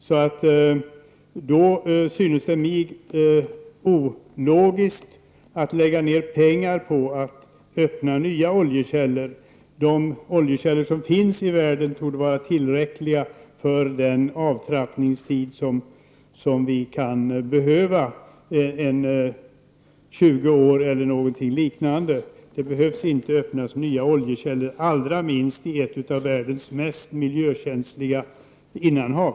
Det synes mig litet ologiskt att lägga ner pengar på att öppna nya oljekällor. De oljekällor som finns i världen torde vara tillräckliga för den avtrappningstid som vi kan behöva — 20 år eller något liknande. Det behöver inte öppnas nya energikällor, allra minst i ett av världens mest miljökänsliga innanhav.